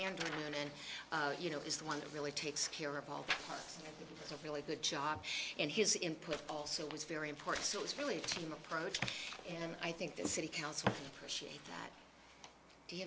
into one and you know is the one that really takes care of all the really good job and his input also was very important so it's really a team approach and i think the city council appreciate that you